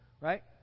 right